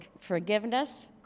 forgiveness